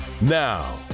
Now